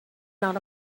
not